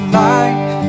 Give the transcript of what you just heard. life